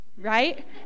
right